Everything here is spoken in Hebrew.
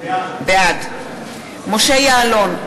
בעד משה יעלון,